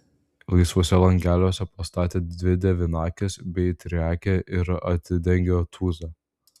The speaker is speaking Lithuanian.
laisvuose langeliuose pastatė dvi devynakes bei triakę ir atidengė tūzą